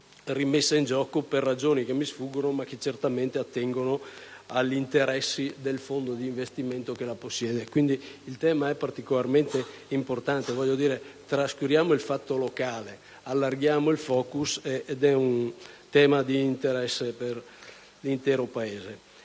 rimesso in gioco, per ragioni che mi sfuggono, ma che certamente attengono agli interessi del fondo di investimento che lo possiede. Il tema è quindi particolarmente importante. Trascuriamo il fatto locale e allarghiamo il *focus*: è un tema di interesse per l'intero Paese.